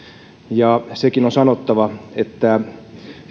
ja sekin on sanottava että